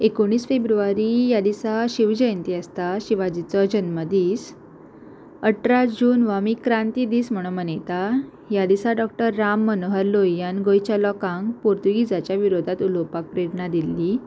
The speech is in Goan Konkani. एकोणीस फेब्रुवारी ह्या दिसा शिव जयंती आसता शिवाजीचो जल्मदीस अठरा जून हो आमी क्रांती दीस म्हणू मनयता ह्या दिसा डॉक्टर राम मनोहर लोहियान गोंयच्या लोकांक पोर्तुगीजाच्या विरोधात उलोवपाक प्रेरणा दिल्ली